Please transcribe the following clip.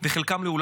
חלקם נפצעו,